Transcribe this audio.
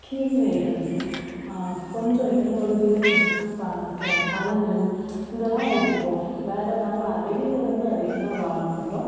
கீரைகள் கொஞ்சம் எங்கள் பகுதியில் கிடைக்கிற ப க பழங்கள் இதெல்லாம் எடுத்துப்போம் வேறு நாங்கள் வெளியிலேருந்து அதிகமாக வாங்க மாட்டோம்